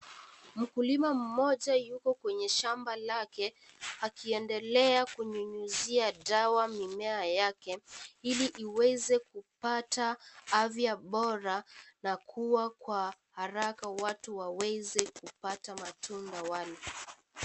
Mkulima mmoja yuko kwenye shamba lake akiendelea kunyunyizia dawa mimea yake hili iweze kupata afya bora na kuwa kwa haraka watu waweze kupata matunda wale.